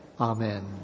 amen